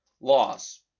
loss